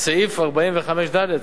סעיף 45(ד).